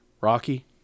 Rocky